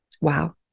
wow